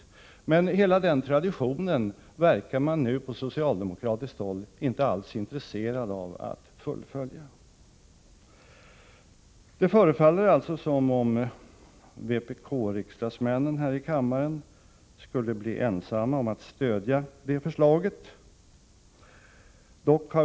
Men den traditionen verkar man på socialdemokratiskt håll numera inte alls vara intresserad av att fullfölja. Det förefaller alltså som om vpk-riksdagsmännen här i kammaren skulle bli ensamma om att stödja förslaget i fråga.